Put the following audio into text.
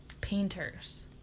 Painters